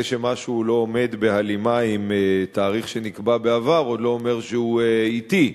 זה שמשהו לא עומד בהלימה עם תאריך שנקבע בעבר עוד לא אומר שהוא אטי.